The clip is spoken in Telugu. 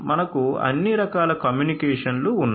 మనకు అన్ని రకాల కమ్యూనికేషన్లు ఉన్నాయి